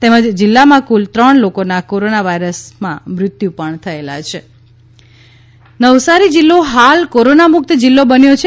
તેમજ જિલ્લામાં કુલ ત્રણ લોકોના કોરોના વાયરસમાં મૃત્યુ પણ થયેલા છિં નવસારી કોરોના નવસારી જિલ્લો હાલ કોરોના મુક્ત જિલ્લો બન્યો છે